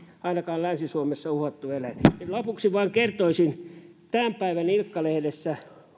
ainakaan länsi suomessa ole uhattu eläin lopuksi vain kertoisin että tämän päivän ilkka lehdessä